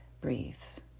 breathes